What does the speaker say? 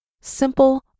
Simple